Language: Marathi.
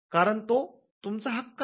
कारण तो तुमचा हक्क आहे